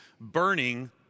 burning